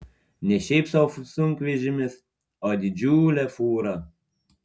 ne šiaip sau sunkvežimis o didžiulė fūra